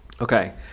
Okay